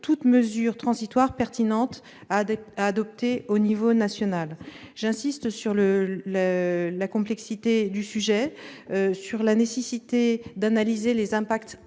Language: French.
toute mesure transitoire pertinente à adopter au niveau national. J'insiste sur la complexité du sujet, sur la nécessité d'analyser les impacts